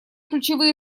ключевые